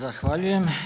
Zahvaljujem.